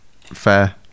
fair